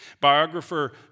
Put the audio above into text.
Biographer